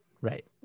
right